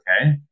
okay